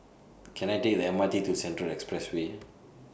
Can I Take The M R T to Central Expressway